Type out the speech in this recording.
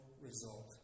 result